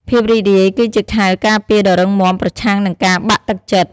ភាពរីករាយគឺជាខែលការពារដ៏រឹងមាំប្រឆាំងនឹងការបាក់ទឹកចិត្ត។